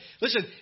Listen